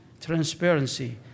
transparency